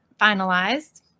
finalized